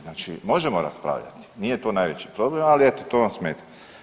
Znači možemo raspravljati, nije to najveći problem, ali eto to vam smeta.